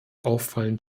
auffallend